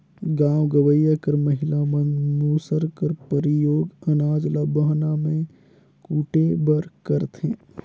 गाँव गंवई कर महिला मन मूसर कर परियोग अनाज ल बहना मे कूटे बर करथे